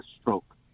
stroke